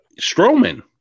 Strowman